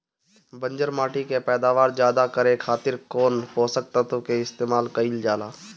बंजर माटी के पैदावार ज्यादा करे खातिर कौन पोषक तत्व के इस्तेमाल कईल जाला?